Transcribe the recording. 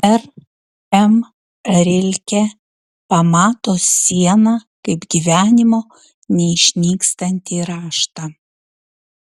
r m rilke pamato sieną kaip gyvenimo neišnykstantį raštą